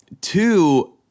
two